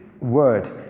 word